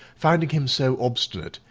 finding him so obstinate,